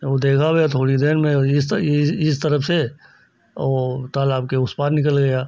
वह देखा गया थोड़ी देर में वह इस ई इस तरफ से और वह तालाब के उस पार निकल गया